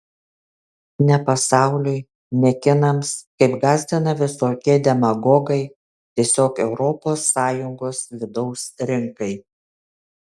ne pasauliui ne kinams kaip gąsdina visokie demagogai tiesiog europos sąjungos vidaus rinkai